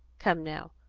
come now,